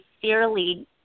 sincerely